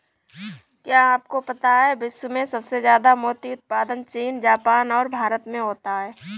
क्या आपको पता है विश्व में सबसे ज्यादा मोती उत्पादन चीन, जापान और भारत में होता है?